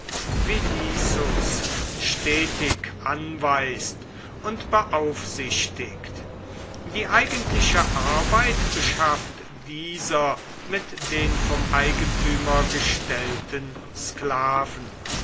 stetig anweist und beaufsichtigt die eigentliche arbeit beschafft dieser mit den vom eigentümer gestellten sklaven